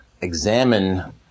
examine